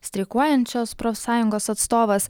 streikuojančios profsąjungos atstovas